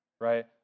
right